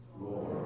Lord